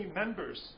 members